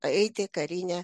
eiti į karinę